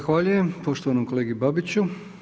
Zahvaljujem poštovanom kolegi Babiću.